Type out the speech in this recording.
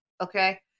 Okay